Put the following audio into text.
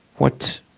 what,